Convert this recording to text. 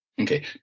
Okay